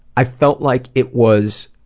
i felt like it was,